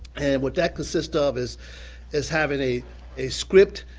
and what that consists of is is having a a script,